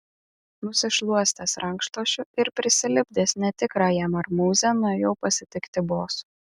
nusišluostęs rankšluosčiu ir prisilipdęs netikrąją marmūzę nuėjau pasitikti boso